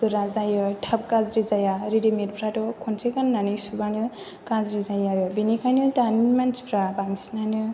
गोरा जायो थाब गाज्रि जाया रेडिमेडफोराथ' खनसे गाननानै सुबानो गाज्रि जायो आरो बेनिखायनो दानि मानसिफोरा बांसिनानो